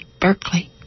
Berkeley